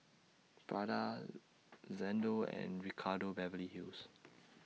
Prada Xndo and Ricardo Beverly Hills